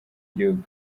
gihugu